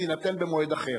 יהיו במועד אחר.